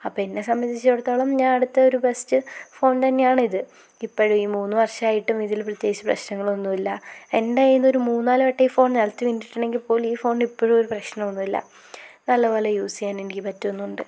അപ്പം എന്നെ സംബന്ധിച്ചിടത്തോളം ഞാൻ എടുത്ത ഒരു ബെസ്റ്റ് ഫോൺ തന്നെയാണ് ഇത് ഇപ്പോൾ ഈ മൂന്ന് വർഷമായിട്ടും ഇതിൽ പ്രത്യേകിച്ച് പ്രശ്നങ്ങളൊന്നുമില്ല എൻ്റെ കയ്യിന്ന് ഒരു മൂന്ന് നാല് വട്ടം ഈ ഫോൺ നിലത്ത് വീണിട്ടുണ്ടെങ്കിൽ പോലും ഈ ഫോണിന് ഇപ്പോഴും ഒരു പ്രശ്നോന്നുമില്ല നല്ല പോലെ യൂസ് ചെയ്യാൻ എനിക്ക് പറ്റുന്നുണ്ട്